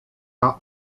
are